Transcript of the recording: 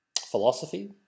philosophy